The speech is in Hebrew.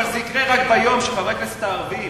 אבל זה יקרה רק ביום שחברי הכנסת הערבים